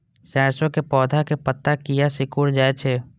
सरसों के पौधा के पत्ता किया सिकुड़ जाय छे?